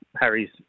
Harry's